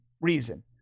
reason